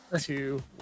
two